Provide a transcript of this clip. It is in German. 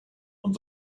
und